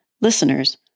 Listeners